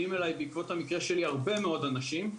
אליי בעקבות המקרה שלי הרבה מאוד אנשים,